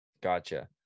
Gotcha